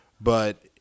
but-